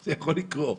זה יכול לקרות.